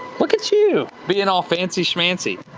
look at you being all fancy-schmancy.